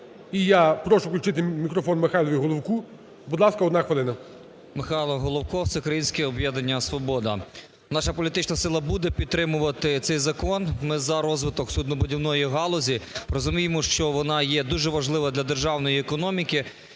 І я прошу включити мікрофон Михайлові Головку. Будь ласка, 1 хвилина. 13:31:57 ГОЛОВКО М.Й. Михайло Головко, Всеукраїнське об'єднання "Свобода". Наша політична сила буде підтримувати цей закон, ми за розвиток суднобудівної галузі. Розуміємо, що вона є дуже важлива для державної економіки